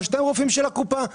אבל שניהם רופאים של הקופה.